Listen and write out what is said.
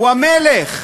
הוא המלך.